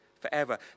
forever